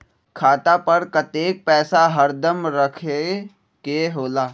खाता पर कतेक पैसा हरदम रखखे के होला?